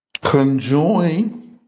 conjoin